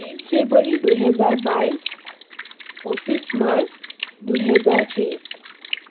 তেইছ ফেব্ৰুৱাৰী দুহেজাৰ বাইছ পঁচিছ মাৰ্চ দুহেজাৰ তেইছ